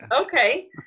Okay